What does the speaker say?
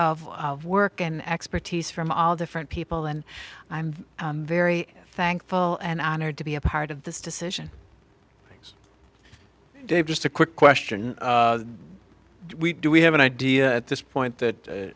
of work and expertise from all different people and i'm very thankful and honored to be a part of this decision dave just a quick question we do we have an idea at this point that